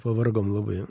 pavargom labai